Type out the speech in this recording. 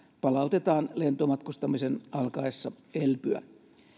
palautetaan lentomatkustamisen alkaessa elpyä